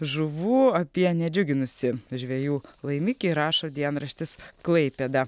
žuvų apie nedžiuginusį žvejų laimikį rašo dienraštis klaipėda